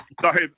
Sorry